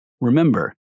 Remember